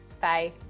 Bye